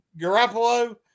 Garoppolo